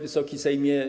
Wysoki Sejmie!